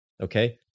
okay